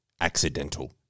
accidental